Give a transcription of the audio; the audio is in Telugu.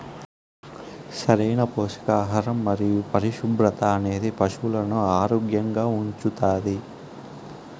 సరైన పోషకాహారం మరియు పరిశుభ్రత అనేది పశువులను ఆరోగ్యంగా ఉంచుతాది